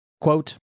Quote